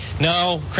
no